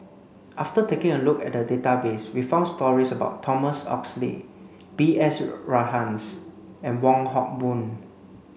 after taking a look at the database we found stories about Thomas Oxley B S Rajhans and Wong Hock Boon